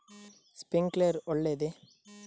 Sprinkler ಒಳ್ಳೇದೇ?